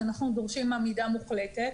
שאנחנו דורשים עמידה מוחלטת.